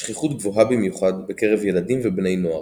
השכיחות גבוהה במיוחד בקרב ילדים ובני נוער.